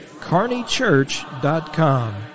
carneychurch.com